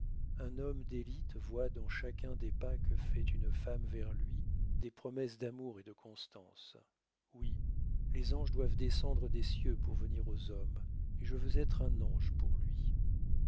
un homme d'élite voit dans chacun des pas que fait une femme vers lui des promesses d'amour et de constance oui les anges doivent descendre des cieux pour venir aux hommes et je veux être un ange pour lui